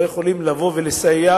לא יכולות לבוא ולסייע